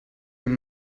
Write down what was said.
your